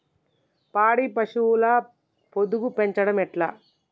పాడి పశువుల పొదుగు పెంచడం ఎట్లా?